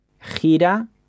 gira